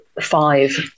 five